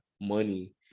money